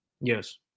Yes